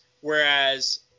Whereas